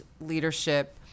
leadership